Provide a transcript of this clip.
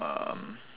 um